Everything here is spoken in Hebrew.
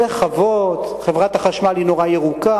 זה חוות, חברת החשמל היא נורא ירוקה,